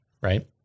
Right